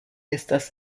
estas